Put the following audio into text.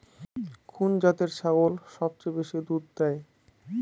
কোন জাতের ছাগল সবচেয়ে বেশি দুধ দেয়?